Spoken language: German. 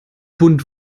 bunt